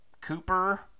Cooper